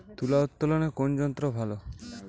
তুলা উত্তোলনে কোন যন্ত্র ভালো?